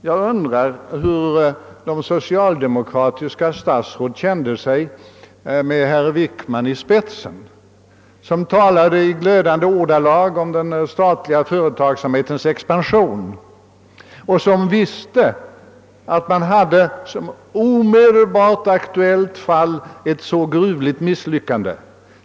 Jag undrar hur de socialdemokratiska statsråden med herr Wickman i spetsen kände sig när de under valkampanjen i glödande ordalag talade om den statliga företagsamhetens expansion, trots att de visste att det fanns ett omedelbart aktuellt fall av gruvligt misslyckande.